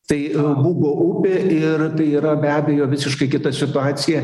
tai bugo upė ir tai yra be abejo visiškai kita situacija